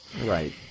Right